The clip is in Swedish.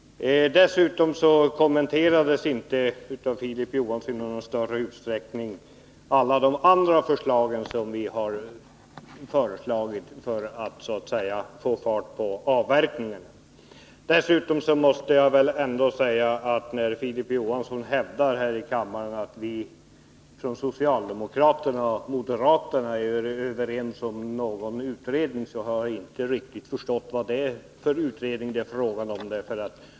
Dessutom kommenterade Filip Johansson inte i någon större utsträckning de andra förslag för att få fart på avverkningen som vi har lagt fram. Jag måste säga att när Filip Johansson hävdar här i kammaren att vi socialdemokrater och moderaterna är överens om någon utredning, så har jaginte riktigt förstått vad för en utredning det är fråga om.